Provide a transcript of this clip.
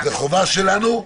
זו חובה שלנו.